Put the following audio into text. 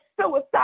suicide